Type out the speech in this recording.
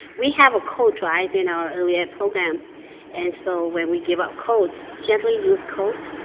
we have a coat drive in our early ed program and so where we give out coats, gently used coat.